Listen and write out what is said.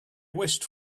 wished